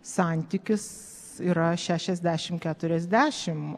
santykis yra šešiasdešim keturiasdešim